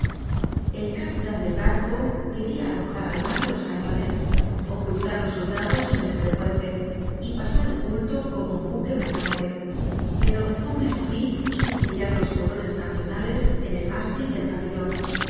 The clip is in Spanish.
el capitan del barco queria arrojar al mar los cañones ocultar los soldados en el entrepuente y pasar oculto como un buque mercante pero pontmercy hizo brillar los colores nacionales en el mástil del pabellon